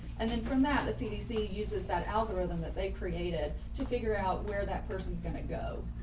and then from that the cdc uses that algorithm that they created to figure out where that person is going to go.